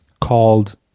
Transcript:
called